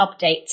updates